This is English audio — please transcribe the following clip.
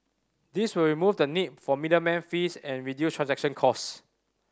this will remove the need for middleman fees and reduce transaction cost